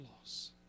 loss